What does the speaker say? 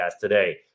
today